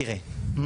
תראה,